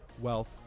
wealth